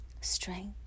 strength